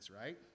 right